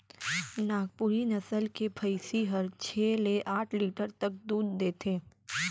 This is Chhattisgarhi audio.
नागपुरी नसल के भईंसी हर छै ले आठ लीटर तक दूद देथे